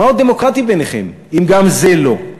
מה עוד דמוקרטי בעיניכם, אם גם זה לא?